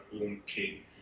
okay